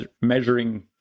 measuring